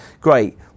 Great